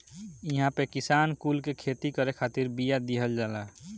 इहां पे किसान कुल के खेती करे खातिर बिया दिहल जाला